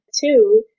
two